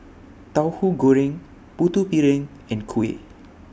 Tauhu Goreng Putu Piring and Kuih